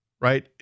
Right